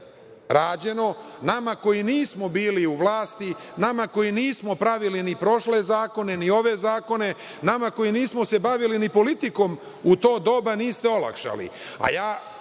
nama koji nismo bili u vlasti, nama koji nismo pravili ni prošle zakone, ni ove zakona, nama koji se nismo bavili ni politikom u to doba niste olakšali,